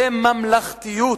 בממלכתיות,